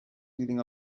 feeling